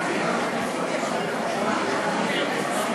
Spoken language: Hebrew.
העניין כולו,